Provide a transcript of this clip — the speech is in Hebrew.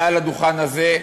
מעל הדוכן הזה,